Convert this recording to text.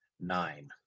nine